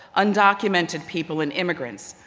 undocumented people and immigrants,